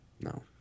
No